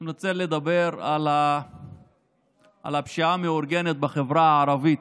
אני רוצה לדבר על הפשיעה המאורגנת בחברה הערבית